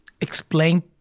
Explain